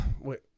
Wait